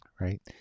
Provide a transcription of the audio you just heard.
right